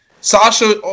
Sasha